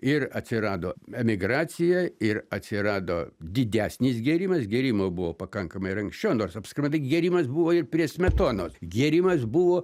ir atsirado emigracija ir atsirado didesnis gėrimas gėrimo buvo pakankamai ir anksčiau nors apskritai gėrimas buvo ir prie smetonos gėrimas buvo